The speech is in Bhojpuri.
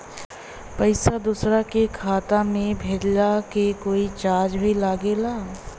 पैसा दोसरा के खाता मे भेजला के कोई चार्ज भी लागेला?